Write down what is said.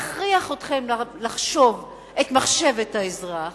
יכריח אתכם לחשוב את מחשבת האזרח,